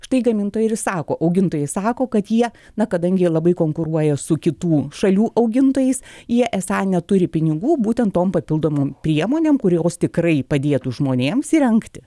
štai gamintojai ir sako augintojai sako kad jie na kadangi jie labai konkuruoja su kitų šalių augintojais jie esą neturi pinigų būtent tom papildomom priemonėm kurios tikrai padėtų žmonėms įrengti